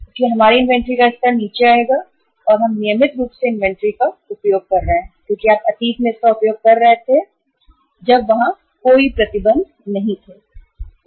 इसलिए हमारी इन्वेंट्री का स्तर नीचे जाएगा और हम नियमित रूप से इन्वेंट्री का उपयोग कर रहे हैं क्योंकि आप अतीत में इसका उपयोग कर रहे थे जब कोई प्रतिबंध नहीं थे वहाँ